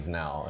now